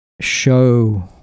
show